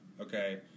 okay